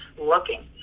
looking